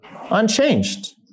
unchanged